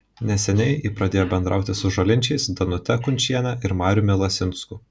neseniai ji pradėjo bendrauti su žolinčiais danute kunčiene ir mariumi lasinsku